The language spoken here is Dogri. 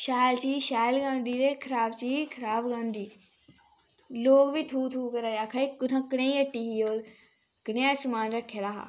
शैल चीज शैल गै होंदी ते खराब चीज खराब गै होंदी लोक बी थू थू करा दे आखा दे कुत्थुआं कनेही हट्टी ही ओह् कनेहा समान रक्खे दा हा